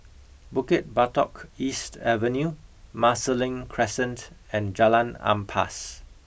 Bukit Batok East Avenue Marsiling Crescent and Jalan Ampas